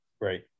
Right